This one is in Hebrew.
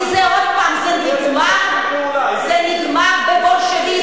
כי זה, עוד פעם, זה נגמר, זה נגמר בבולשביזם.